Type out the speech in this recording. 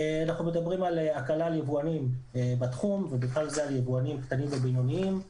אנחנו מדברים על הקלה ליבואנים בתחום ובכלל זה יבואנים קטנים ובינוניים,